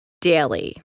daily